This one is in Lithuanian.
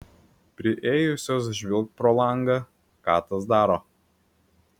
priėjusios žvilgt pro langą ką tas daro